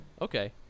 Okay